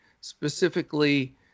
specifically